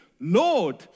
Lord